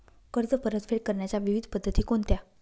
कर्ज परतफेड करण्याच्या विविध पद्धती कोणत्या?